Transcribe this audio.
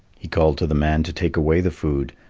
he called to the man to take away the food.